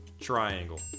Triangle